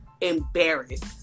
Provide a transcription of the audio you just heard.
embarrassed